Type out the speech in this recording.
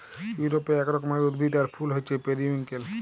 ইউরপে এক রকমের উদ্ভিদ আর ফুল হচ্যে পেরিউইঙ্কেল